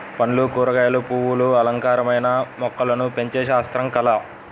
పండ్లు, కూరగాయలు, పువ్వులు అలంకారమైన మొక్కలను పెంచే శాస్త్రం, కళ